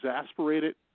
exasperated